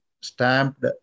stamped